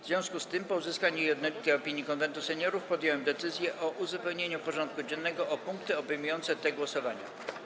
W związku z tym, po uzyskaniu jednolitej opinii Konwentu Seniorów, podjąłem decyzję o uzupełnieniu porządku dziennego o punkty obejmujące te głosowania.